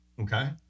Okay